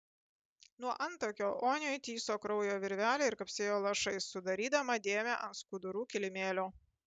nuo antakio oniui tįso kraujo virvelė ir kapsėjo lašais sudarydama dėmę ant skudurų kilimėlio